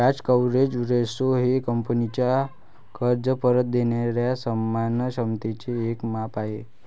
व्याज coverage ratio हे कंपनीचा कर्ज परत देणाऱ्या सन्मान क्षमतेचे एक माप आहे